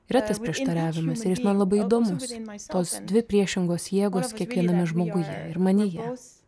yra tas prieštaravimas ir jis man labai įdomus tos dvi priešingos jėgos kiekviename žmoguje ir manyje